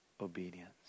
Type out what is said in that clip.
obedience